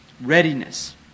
Readiness